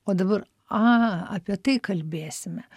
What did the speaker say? o dabar a apie tai kalbėsime